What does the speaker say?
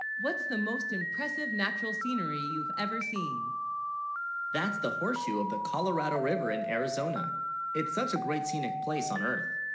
what's the most impressive natural scenery you've ever seen that's the horseshoe of the colorado river in arizona it's such a great scenic place on earth